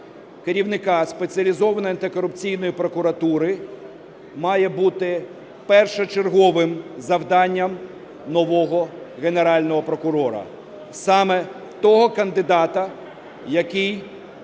керівника Спеціалізованої антикорупційної прокуратури має бути першочерговим завданням нового Генерального прокурора. Саме того кандидата, який